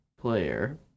player